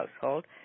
household